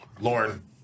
Lauren